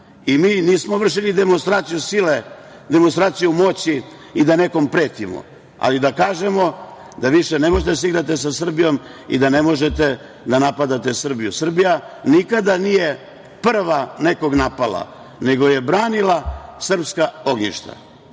Mi nismo vršili demonstraciju sile, demonstraciju moći i da nekome pretimo, ali da kažemo da više ne možete da se igrate sa Srbijom i da ne možete da napadate Srbiju. Srbija nikada nije prva nekoga napala, nego je branila srpska ognjišta